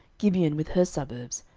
gibeon with her suburbs,